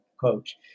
coach